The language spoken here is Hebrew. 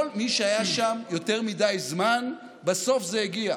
כל מי שהיה שם יותר מדי זמן, בסוף זה הגיע: